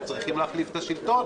הם צריכים להחליף את השלטון.